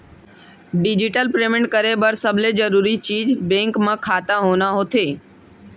digital payment करे बर सबले जरूरी चीज बेंक म खाता होना होथे